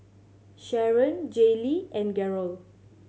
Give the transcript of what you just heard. Sharron Jaylee and Garold